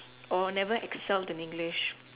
or never excelled in English